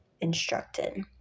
instructed